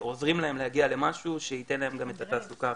עוזרים להם להגיע למשהו שייתן להם את התעסוקה.